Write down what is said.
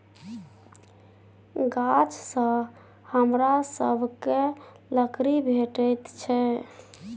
गाछसँ हमरा सभकए लकड़ी भेटैत छै